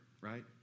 right